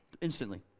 Instantly